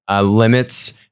limits